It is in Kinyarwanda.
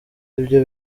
ibyo